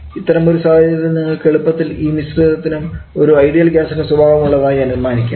ഇത്തരം ഒരു സാഹചര്യത്തിൽ നിങ്ങൾക്ക് എളുപ്പത്തിൽ ഈ മിശ്രിതത്തിന്നും ഒരു ഐഡിയൽ ഗ്യാസിൻറെ സ്വഭാവം ഉള്ളതായി അനുമാനിക്കാം